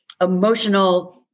emotional